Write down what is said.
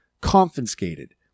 confiscated